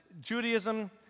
Judaism